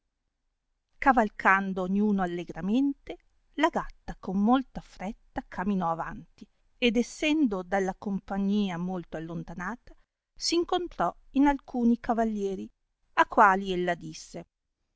cavalcando ogni uno allegramente la gatta con molta fretta camino avanti ed essendo dalla compagnia molto allontanata s incontrò in alcuni cavallieri a quali ella disse